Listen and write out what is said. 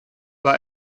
war